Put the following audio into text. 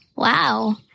Wow